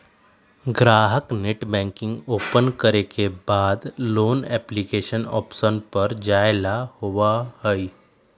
ग्राहक net banking open करे के बाद लोन एप्लीकेशन ऑप्शन पर जाय ला होबा हई